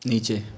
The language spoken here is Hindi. नीचे